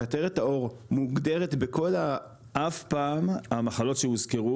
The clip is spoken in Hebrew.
קטרת העור מוגדרת בכל -- אף פעם המחלות שהוזכרו